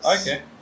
Okay